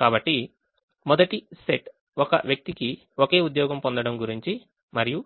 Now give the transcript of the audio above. కాబట్టి మొదటి సెట్ ఒక వ్యక్తికి ఒకే ఉద్యోగం పొందడం గురించి మరియు